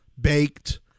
Baked